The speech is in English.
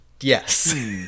Yes